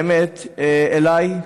אליי,